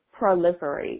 proliferate